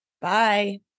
Bye